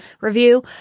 review